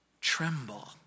tremble